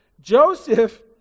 Joseph